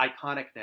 iconicness